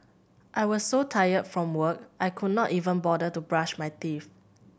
I was so tired from work I could not even bother to brush my teeth